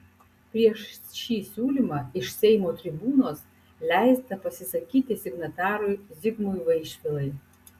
prieš šį siūlymą iš seimo tribūnos leista pasisakyti signatarui zigmui vaišvilai